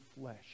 flesh